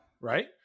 Right